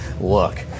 look